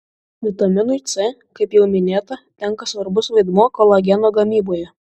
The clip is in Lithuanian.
vitaminui c kaip jau minėta tenka svarbus vaidmuo kolageno gamyboje